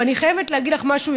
ואני חייבת להגיד לך משהו,